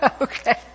Okay